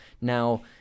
now